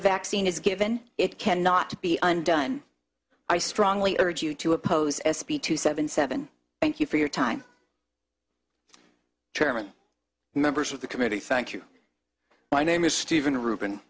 vaccine is given it cannot be undone i strongly urge you to oppose s b two seven seven thank you for your time chairman members of the committee thank you my name is steven reuben